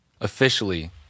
officially